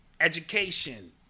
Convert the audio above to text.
education